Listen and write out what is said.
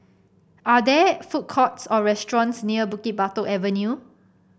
are there food courts or restaurants near Bukit Batok Avenue